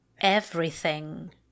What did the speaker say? Everything